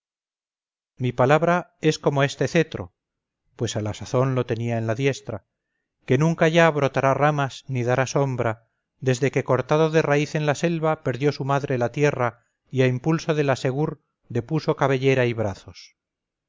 mi palabra es como este cetro pues a la sazón lo tenía en la diestra que nunca ya brotará ramas ni dará sombra desde que cortado de raíz en la selva perdió su madre la tierra y a impulso de la segur depuso cabellera y brazos